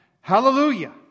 hallelujah